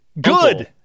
good